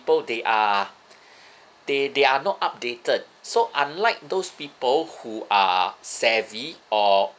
people they are they they are not updated so unlike those people who are savvy or